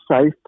safe